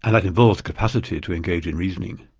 and that involves capacity to engage in reasoning.